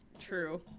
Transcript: true